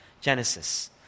Genesis